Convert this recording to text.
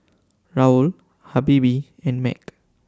Raoul Habibie and Mac